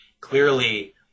clearly